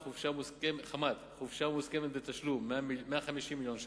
חמ"ת, חופשה מוסכמת בתשלום, 150 מיליון ש"ח,